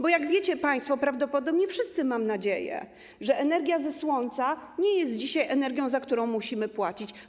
Bo jak wiecie państwo - prawdopodobnie wszyscy, mam nadzieję - energia ze słońca nie jest dzisiaj energią, za którą musimy płacić.